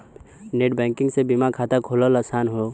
net banking से बीमा खाता खोलना आसान हौ